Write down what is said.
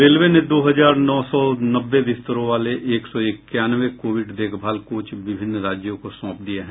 railway ने दो हजार नौ सौ नब्बे बिस्तरों वाले एक सौ इक्यानवे कोविड देखभाल कोच विभिन्न राज्यों को सौंप दिए हैं